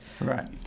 right